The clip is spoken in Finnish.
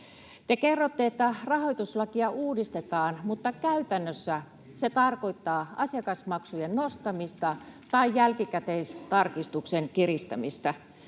Te kerrotte, että rahoituslakia uudistetaan, mutta käytännössä se tarkoittaa asiakasmaksujen nostamista tai jälkikäteistarkistuksen kiristämistä.